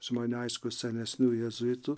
su man aišku senesniu jėzuitu